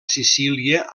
sicília